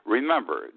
Remember